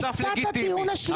כשישבת על כיסא השרה,